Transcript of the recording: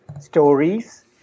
stories